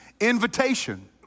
invitation